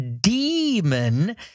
demon